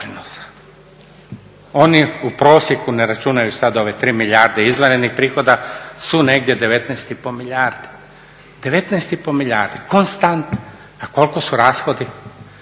Oni u prosjeku ne računaju sad ove tri milijarde izvanrednih prihoda su negdje 19 i pol milijardi, 19 i pol milijardi konstante. A koliko su rashodi?